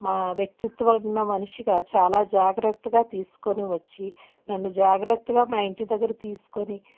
మా వ్యక్తిత్వం ఉన్న మనిషిగా చాలా జాగ్రత్తగా తీసుకొని వచ్చి నన్ను జాగ్రత్తగా మా ఇంటి దగ్గర తీసుకొని